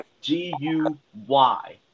G-U-Y